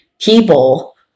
people